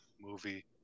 movie